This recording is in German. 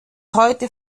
heute